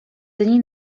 dni